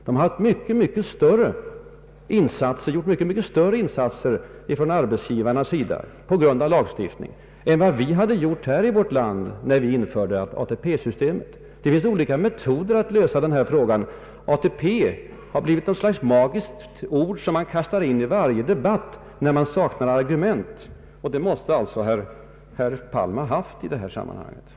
Där har man på grund av lagstiftning gjort mycket större insatser från arbetsgivarnas sida än vi hade gjort i vårt land när vi införde ATP-systemet. Det finns olika metoder att lösa sådana frågor. ATP har blivit ett magiskt ord, som man kastar in i varje debatt när man saknar argument. I det läget har tydligen herr Palm befunnit sig.